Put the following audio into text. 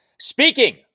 Speaking